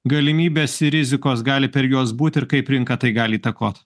galimybės ir rizikos gali per juos būti ir kaip rinka tai gali įtakot